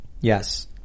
Yes